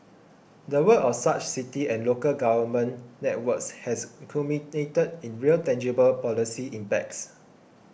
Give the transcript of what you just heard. the work of such city and local government networks has culminated in real tangible policy impacts